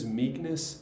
meekness